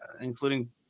including